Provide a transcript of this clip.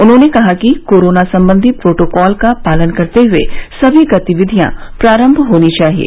उन्होंने कहा कि कोरोना संबंधी प्रोटोकॉल का पालन करते हुए सभी गतिविधियां प्रारम्भ होनी चाहिये